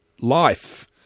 life